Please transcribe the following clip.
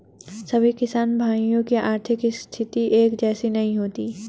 सभी किसान भाइयों की आर्थिक स्थिति एक जैसी नहीं होती है